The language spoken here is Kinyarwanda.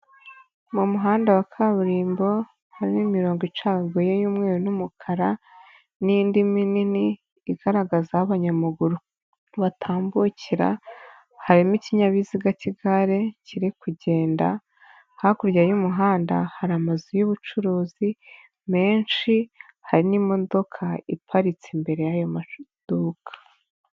Mu muhanda wa kaburimbo urimo imirongo icagaguye y'umweru n'umukara n'indi minini igaragaza aho abanyamaguru batambukira, harimo ikinyabiziga k'igare kiri kugenda, hakurya y'umuhanda hari amazu y'ubucuruzi menshi hari n'imodoka iparitse imbere y'ayo maduka.